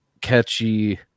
catchy